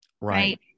Right